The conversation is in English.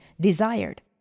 desired